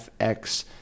FX